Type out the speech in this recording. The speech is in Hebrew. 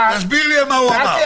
תסביר לי מה הוא אמר.